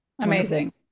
Amazing